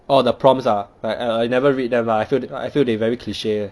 oh the prompts ah like err I never read them lah I feel I feel they very cliche leh